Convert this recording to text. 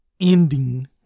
ending